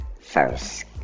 first